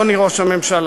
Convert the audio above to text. אדוני ראש הממשלה.